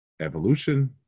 evolution